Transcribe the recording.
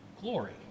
glory